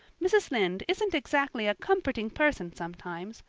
mrs. lynde isn't exactly a comforting person sometimes,